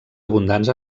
abundants